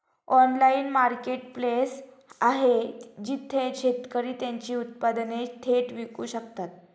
Online marketplace आहे जिथे शेतकरी त्यांची उत्पादने थेट विकू शकतात?